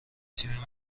تیم